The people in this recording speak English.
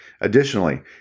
Additionally